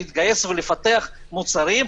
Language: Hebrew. להתגייס ולפתח מוצרים,